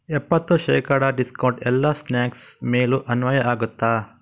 ಎಪ್ಪತ್ತು ಶೇಕಡಾ ಡಿಸ್ಕೌಂಟ್ ಎಲ್ಲ ಸ್ನ್ಯಾಕ್ಸ್ ಮೇಲೂ ಅನ್ವಯ ಆಗುತ್ತಾ